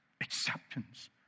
acceptance